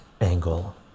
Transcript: angle